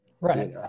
Right